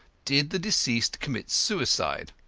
did the deceased commit suicide?